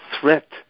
threat